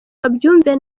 babyumve